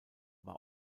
war